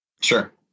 Sure